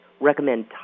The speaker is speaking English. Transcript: recommend